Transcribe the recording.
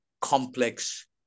complex